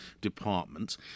departments